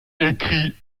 écrits